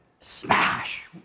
Smash